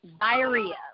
diarrhea